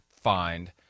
find